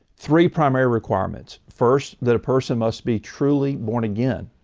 three primary requirements first that a person must be truly born again,